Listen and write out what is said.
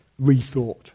rethought